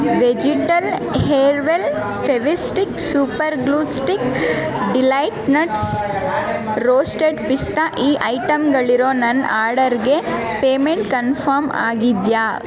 vegetal hair well Fevistick super glue stick Delight nuts roasted pista ಈ ಐಟಮ್ಗಳಿರೊ ನನ್ನ ಆರ್ಡರ್ಗೆ ಪೇಮೆಂಟ್ ಕನ್ಫರ್ಮ್ ಆಗಿದೆಯಾ